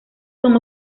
son